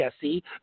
Jesse